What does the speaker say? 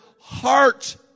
heart